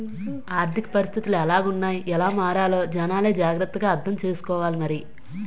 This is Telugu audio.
ఆర్థిక పరిస్థితులు ఎలాగున్నాయ్ ఎలా మారాలో జనాలే జాగ్రత్త గా అర్థం సేసుకోవాలి మరి